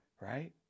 right